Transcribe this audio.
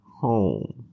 home